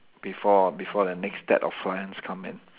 before before the next stack of clients come in